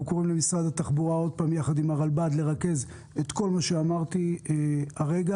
אנחנו קוראים למשרד התחבורה יחד עם הרלב"ד לרכז את כל מה שאמרתי כרגע.